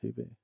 TV